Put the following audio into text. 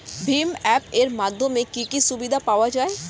ভিম app এর মাধ্যমে কি কি সুবিধা পাওয়া যায়?